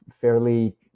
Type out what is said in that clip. fairly